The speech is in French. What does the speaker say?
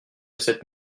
cette